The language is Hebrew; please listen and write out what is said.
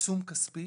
עיצום כספי